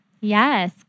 Yes